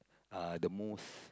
uh the most